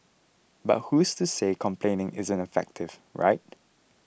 but who's to say complaining isn't effective right